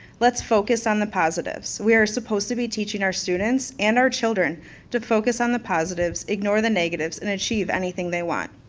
let's focus on the positives. we are supposed to be teaching our students and our children to focus on the positives, ignore the negatives, and achieve anything they want.